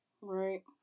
Right